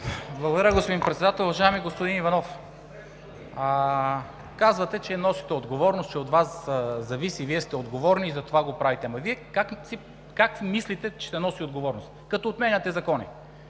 Благодаря господин Председател. Уважаеми господин Иванов, казвате, че носите отговорност, че от Вас зависи, Вие сте отговорни и затова го правите. Ама Вие как си мислите, че се носи отговорност? Като отменяте закони?